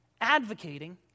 advocating